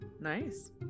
Nice